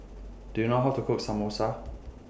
Do YOU know How to Cook Samosa